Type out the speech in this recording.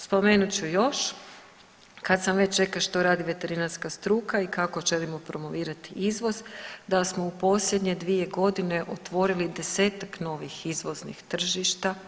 Spomenut ću još kad sam već rekla što radi veterinarska struka i kako želimo promovirati izvoz, da smo u posljednje dvije godine otvorili desetak novih izvoznih tržišta.